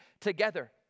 together